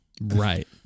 Right